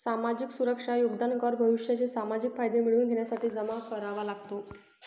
सामाजिक सुरक्षा योगदान कर भविष्याचे सामाजिक फायदे मिळवून घेण्यासाठी जमा करावा लागतो